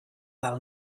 del